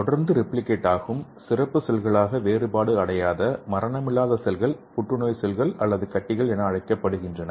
தொடர்ந்து ரெப்ளிகேட் ஆகும் சிறப்பு செல்களாக வேறுபாடு அடையாத மரணமில்லாத செல்கள் புற்றுநோய் செல்கள் அல்லது கட்டிகள் என அழைக்கப்படுகின்றன